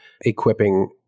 equipping